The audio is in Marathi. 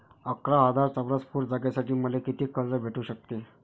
अकरा हजार चौरस फुट जागेसाठी मले कितीक कर्ज भेटू शकते?